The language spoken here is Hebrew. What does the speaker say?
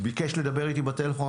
ביקש לדבר איתי בטלפון.